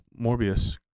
Morbius